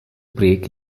break